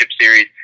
Series